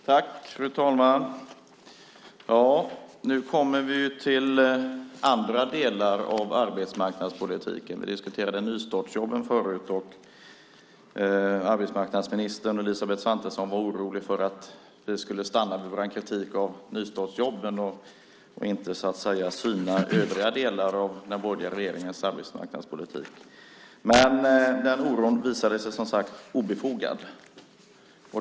Fru talman! Nu kommer vi till andra delar av arbetsmarknadspolitiken. Vi diskuterade förut nystartsjobben. Arbetsmarknadsministern och Elisabeth Svantesson var oroliga för att vi skulle stanna vid vår kritik av nystartsjobben och inte syna övriga delar av den borgerliga regeringens arbetsmarknadspolitik. Men den oron visade sig obefogad.